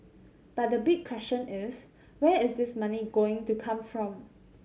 but the big question is where is this money going to come from